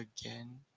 again